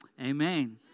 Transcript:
Amen